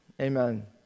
Amen